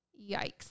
Yikes